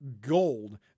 gold